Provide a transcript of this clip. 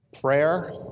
prayer